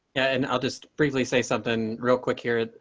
and i'll just briefly say something real quick here.